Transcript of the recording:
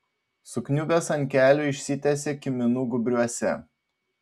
sukniubęs ant kelių išsitiesė kiminų gūbriuose